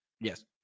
Yes